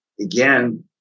again